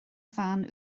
bhean